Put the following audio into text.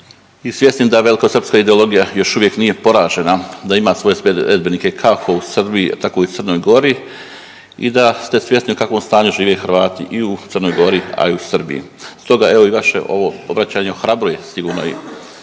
i svjesni da velikosrpska ideologija još uvijek nije poražena, da ima svoje sljedbenike kako u Srbiji, tako i u Crnoj Gori i da ste svjesni u kakvom stanju žive Hrvati i u Crnoj Gori, a i u Srbiji. Stoga evo i vaše ovo obraćanje ohrabruje sigurno i